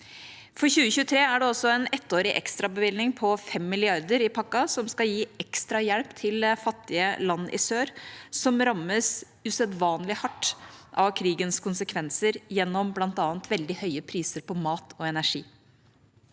For 2023 er det også en ettårig ekstrabevilgning på 5 mrd. kr i pakken som skal gi ekstra hjelp til fattige land i sør som rammes usedvanlig hardt av krigens konsekvenser gjennom bl.a. veldig høye priser på mat og energi.